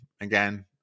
again